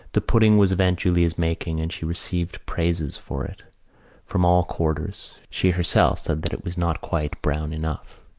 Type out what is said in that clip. the pudding was of aunt julia's making and she received praises for it from all quarters. she herself said that it was not quite brown enough.